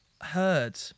heard